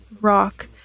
rock